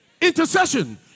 intercession